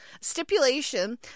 stipulation